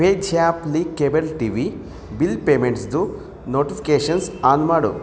pay ಜ್ಯಾಪ್ಲಿ cable T V bill ಪೇಮೆಂಟ್ಸ್ದು notifications on ಮಾಡು